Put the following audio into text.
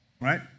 right